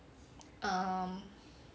err